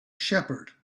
shepherd